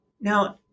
Now